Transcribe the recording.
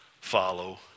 follow